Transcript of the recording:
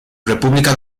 república